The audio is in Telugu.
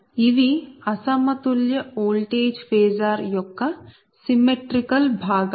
ఇవి అసమతుల్య ఓల్టేజ్ ఫేసార్ యొక్క సిమ్మెట్రీకల్ భాగాలు